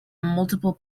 multiple